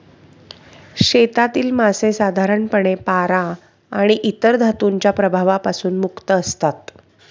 शेतातील मासे साधारणपणे पारा आणि इतर धातूंच्या प्रभावापासून मुक्त असतात